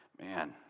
Man